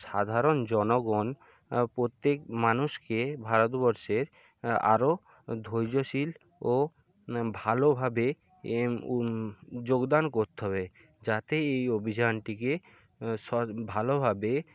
সাধারণ জনগণ প্রত্যেক মানুষকে ভারতবর্ষের আরও ধৈর্যশীল ও ভালোভাবে এ যোগদান করতে হবে যাতে এই অভিযানটিকে ভালোভাবে